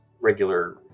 regular